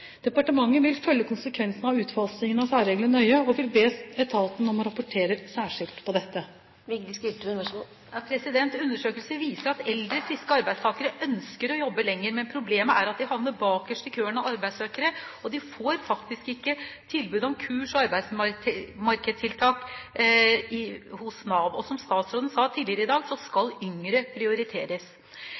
Departementet vil følge konsekvensene av utfasingen av særreglene nøye og be etaten om å rapportere særskilt om dette. Undersøkelser viser at eldre, friske arbeidstakere ønsker å jobbe lenger. Men problemet er at de havner bakerst i køen av arbeidssøkere, og de får faktisk ikke tilbud om kurs og arbeidsmarkedstiltak hos Nav. Som statsråden sa tidligere i dag, skal yngre prioriteres.